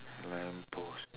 lamppost